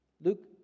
Luke